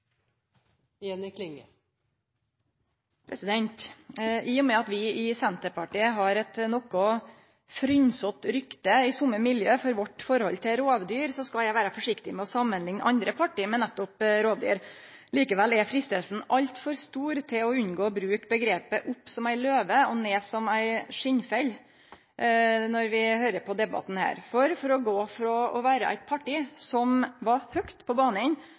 vårt forhold til rovdyr, skal eg vere forsiktig med å samanlikne andre parti med nettopp rovdyr. Likevel er freistinga altfor stor til å unngå å bruke omgrepet «opp som ei løve og ned som ein skinnfell» når vi høyrer på denne debatten. For frå å gå frå å vere eit parti som gjekk høgt ut på